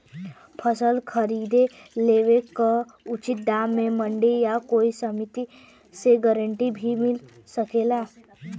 फसल खरीद लेवे क उचित दाम में मंडी या कोई समिति से गारंटी भी मिल सकेला?